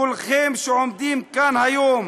כולכם, שעומדים כאן היום,